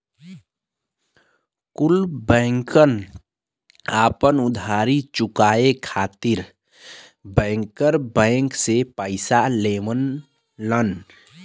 कुल बैंकन आपन उधारी चुकाये खातिर बैंकर बैंक से पइसा लेवलन